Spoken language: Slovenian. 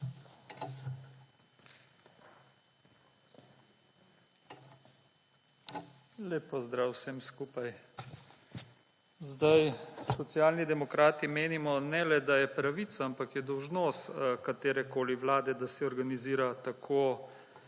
Lep pozdrav vsem skupaj! Socialni demokrati menimo ne le, da je pravica, ampak je dolžnost katerekoli vlade, da se organizira tako,